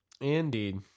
indeed